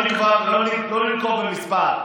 לא ננקוב במספר,